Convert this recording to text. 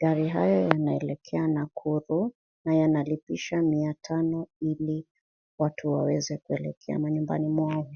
Gari haya yanaelekea Nakuru na yanalipisha mia tano ili watu waweze kuelekea manyumbani mwao.